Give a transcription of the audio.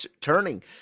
turning